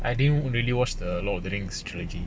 I didn't really watch the lord of the rings trilogy